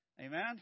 Amen